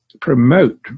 promote